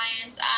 clients